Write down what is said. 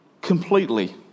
completely